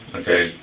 okay